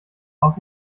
auch